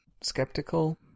skeptical